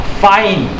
fine